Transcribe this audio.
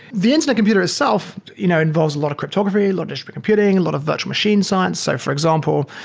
the internet computer itself you know involves a lot of cryptography, a lot of distributed computing, a lot of virtual machines science. so for example,